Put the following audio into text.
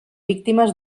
víctimes